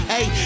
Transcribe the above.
Hey